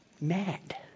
Mad